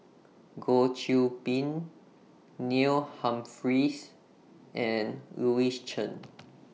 Goh Qiu Bin Neil Humphreys and Louis Chen